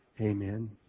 amen